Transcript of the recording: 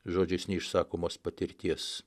žodžiais neišsakomos patirties